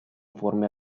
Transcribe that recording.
forme